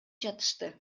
жатышты